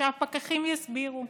שהפקחים יסבירו,